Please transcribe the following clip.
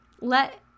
let